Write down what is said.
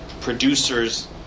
producers